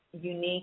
unique